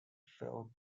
phil